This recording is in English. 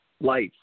life